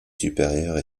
supérieurs